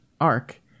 arc